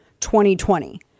2020